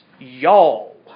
y'all